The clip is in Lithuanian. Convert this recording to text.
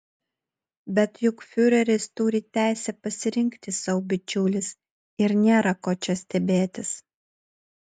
bet juk fiureris turi teisę pasirinkti sau bičiulius ir nėra ko čia stebėtis